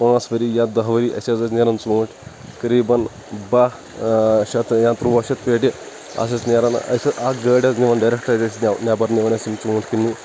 پانٛژھ ؤرِی یا دٔہ ؤرِی أسہِ حظ ٲسۍ نیران ژُونٛٹھۍ قریٖبَن باہ شؠتھ یا تُرواہ شؠتھ پیٹہِ آسہِ اَسہِ نیران اَسہِ حظ اَکھ گٲڑ حظ نِوان ڈریکٹے أسۍ نؠبَر نِوان یِم ژُونٛٹھۍ کننہِ